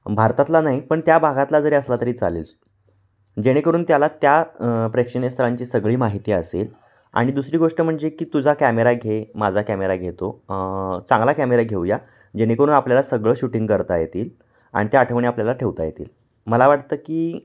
भारतातला नाही पण त्या भागातला जरी असला तरी चालेलच जेणेकरून त्याला त्या प्रेक्षणीय स्थळांची सगळी माहिती असेल आणि दुसरी गोष्ट म्हणजे की तुझा कॅमेरा घे माझा कॅमेरा घेतो चांगला कॅमेरा घेऊया जेणेकरून आपल्याला सगळं शूटिंग करता येतील आणि त्या आठवणी आपल्याला ठेवता येतील मला वाटतं की